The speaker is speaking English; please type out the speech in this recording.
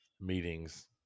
meetings